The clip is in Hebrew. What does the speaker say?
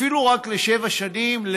אפילו רק לשבע שנים,